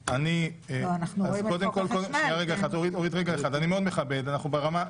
אני מאוד מכבד את מה שאמרת.